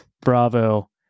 Bravo